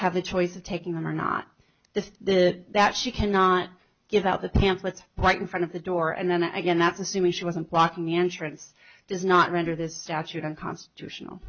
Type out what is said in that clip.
have the choice of taking them or not the the that she cannot give out the pamphlets white in front of the door and then again that's assuming she wasn't blocking the entrance does not render this statute unconstitutional